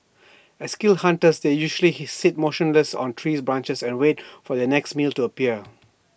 as skilled hunters they usually sit motionless on tree branches and wait for their next meal to appear